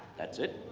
that's it?